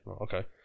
Okay